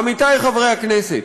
עמיתי חברי הכנסת,